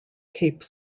cape